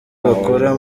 bakora